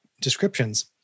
descriptions